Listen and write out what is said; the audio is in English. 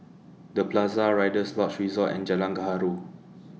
The Plaza Rider's Lodge Resort and Jalan Gaharu